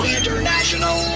International